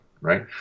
right